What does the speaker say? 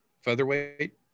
featherweight